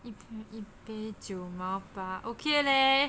一杯九毛八 okay leh